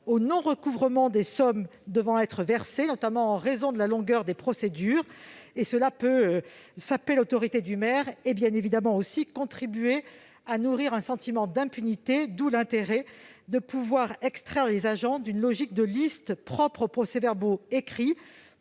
au non-recouvrement des sommes devant être versées, notamment en raison de la longueur des procédures. Cela peut saper l'autorité du maire et contribuer à nourrir un sentiment d'impunité. D'où l'intérêt de pouvoir extraire les agents d'une logique de liste propre aux procès-verbaux écrits